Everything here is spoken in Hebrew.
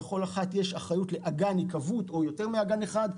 ולכל אחת יש אחריות לאגן היקוות או יותר מאגן אחד.